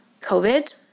COVID